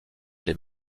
des